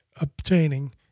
obtaining